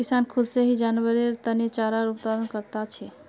किसान खुद से ही जानवरेर तने चारार उत्पादन करता छे